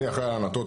אני אחראי על ענתות.